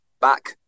back